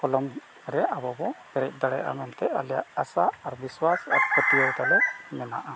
ᱠᱚᱞᱚᱢ ᱨᱮ ᱟᱵᱚ ᱵᱚᱱ ᱯᱮᱨᱮᱡ ᱫᱟᱲᱮᱭᱟᱜᱼᱟ ᱢᱮᱱᱛᱮ ᱟᱞᱮᱭᱟᱜ ᱟᱥᱟ ᱟᱨ ᱵᱤᱥᱣᱟᱥ ᱟᱨ ᱯᱟᱹᱛᱭᱟᱹᱣ ᱛᱟᱞᱮ ᱢᱮᱱᱟᱜᱼᱟ